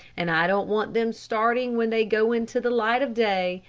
and i don't want them starting when they go into the light of day,